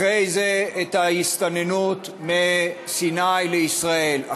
אחרי זה את ההסתננות מסיני לישראל,